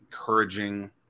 encouraging